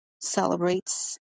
celebrates